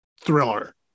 thriller